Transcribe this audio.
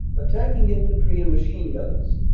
attacking infantry and machine-gun ners,